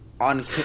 on